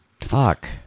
Fuck